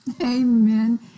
amen